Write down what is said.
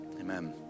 Amen